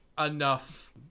enough –